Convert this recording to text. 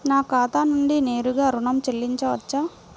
నా ఖాతా నుండి నేరుగా ఋణం చెల్లించవచ్చా?